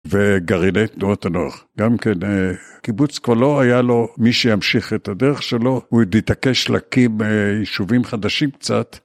וגרעיני תנועות הנוער, גם כן הקיבוץ כבר לא היה לו מי שימשיך את הדרך שלו, הוא עוד התעקש להקים יישובים חדשים קצת.